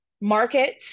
market